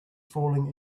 falling